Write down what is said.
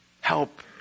help